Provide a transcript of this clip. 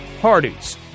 parties